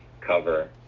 cover